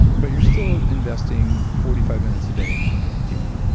but you're still investing forty five minutes a day in your workout routine.